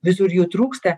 visur jų trūksta